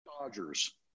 Dodgers